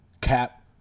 Cap